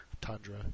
tundra